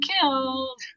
killed